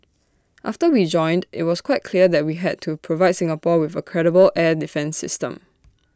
after we joined IT was quite clear that we had to provide Singapore with A credible air defence system